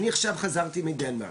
אני עכשיו חזרתי מדנמרק,